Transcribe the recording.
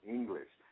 English